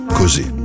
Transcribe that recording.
così